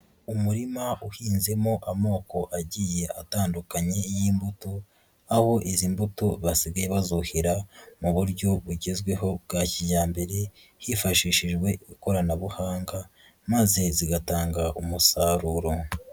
Umurima uhinzemo amoko agiye atandukanye y'imbuto, aho izi mbuto basigaye bazuhira mu buryo bugezweho bwa kijyambere, hifashishijwe ikoranabuhanga, maze zigatanga umusaruro.